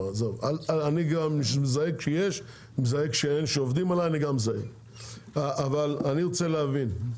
אני גם מזהה כשעובדים עליי, אבל אני רוצה להבין מה